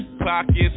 pockets